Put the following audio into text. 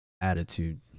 attitude